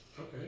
Okay